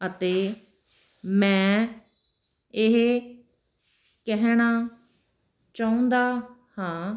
ਅਤੇ ਮੈਂ ਇਹ ਕਹਿਣਾ ਚਾਹੁੰਦਾ ਹਾਂ